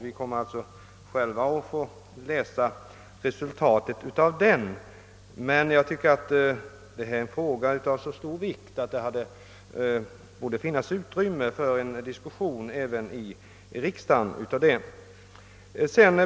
Vi kom mer alltså själva att få läsa resultatet av den. Men jag tycker att detta är en fråga av så stor vikt att det borde finnas utrymme för en diskussion av den även i riksdagen.